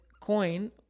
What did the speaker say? coin